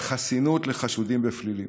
חסינות לחשודים בפלילים.